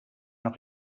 noch